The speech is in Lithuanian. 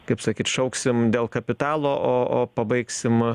kaip sakyt šauksim dėl kapitalo o o pabaigsim